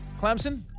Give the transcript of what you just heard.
Clemson